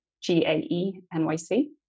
g-a-e-n-y-c